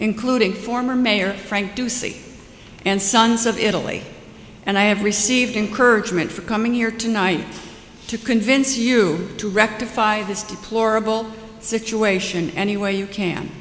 including former mayor frank doocy and sons of italy and i have received encouragement for coming here tonight to convince you to rectify this deplorable situation any way you can